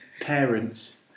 Parents